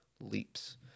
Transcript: leaps